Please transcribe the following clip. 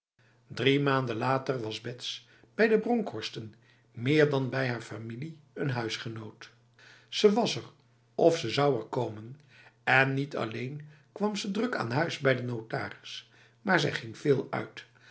drie maanden later was betsy bij de bronkhorsten meer dan bij haar familie een huisgenoot ze was er of ze zou er komen en niet alleen kwam ze druk aan huis bij de notaris maar zij ging veel uit